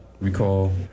recall